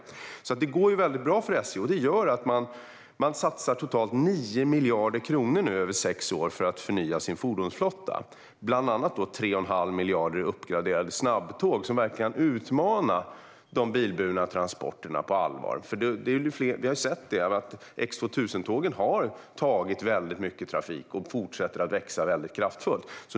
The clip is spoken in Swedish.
Det går alltså bra för SJ, och det gör att man satsar totalt 9 miljarder kronor över sex år för att förnya sin fordonsflotta. Bland annat satsar man 3 1⁄2 miljard på uppgraderade snabbtåg som verkligen utmanar de bilburna transporterna på allvar. Vi har sett att X2000-tågen har tagit mycket trafik och fortsätter att växa kraftigt.